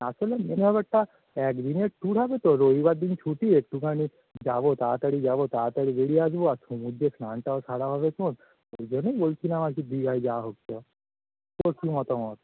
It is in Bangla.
আসলে মেন ব্যাপারটা এক দিনের ট্যুর হবে তো রবিবার দিন ছুটি একটুখানি যাবো তাড়াতাড়ি যাবো তাড়াতাড়ি বেড়িয়ে আসবো আর সমুদ্রে স্নানটাও সারা হবেখন ওই জন্যই বলছিলাম আর কি দীঘায় যাওয়া হোক চ তোর কী মতামত